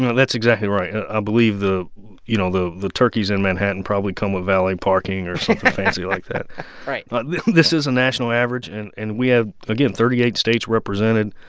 that's exactly right. i believe the you know, the the turkeys in manhattan probably come with valet parking or something fancy like that right but this is a national average, and and we have, again, thirty eight states represented,